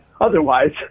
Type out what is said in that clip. otherwise